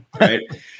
Right